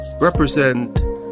represent